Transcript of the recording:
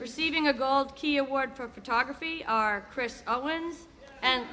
receiving a gold key award for photography our chris owens and